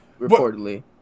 reportedly